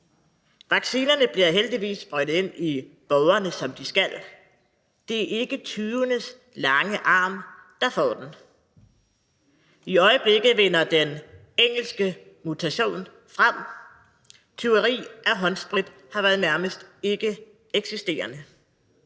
Vaccinerne bliver heldigvis sprøjtet ind i borgerne, som de skal; det er ikke tyvenes lange fingre, der får dem. I øjeblikket vinder den engelske mutation frem; tyveri af håndsprit har været nærmest ikkeeksisterende.